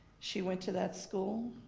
she went to that school